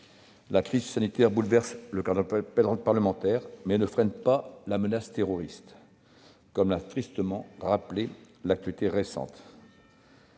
la crise sanitaire bouleverse le calendrier parlementaire, elle ne freine cependant pas la menace terroriste, comme l'a tristement rappelé l'actualité récente.